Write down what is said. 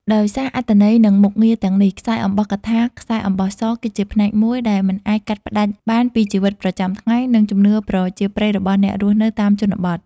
ដោយសារអត្ថន័យ និងមុខងារទាំងនេះ ខ្សែអំបោះកថា ខ្សែអំបោះស គឺជាផ្នែកមួយដែលមិនអាចកាត់ផ្ដាច់បានពីជីវិតប្រចាំថ្ងៃ និងជំនឿប្រជាប្រិយរបស់អ្នករស់នៅតាមជនបទ។